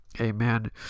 Amen